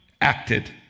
acted